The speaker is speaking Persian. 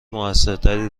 موثرتری